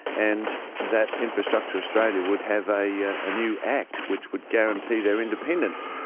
and that infrastructure australia would have a ah new act which would guarantee their independence.